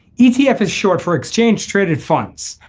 etf is short for exchange traded funds.